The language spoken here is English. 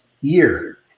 year